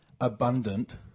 abundant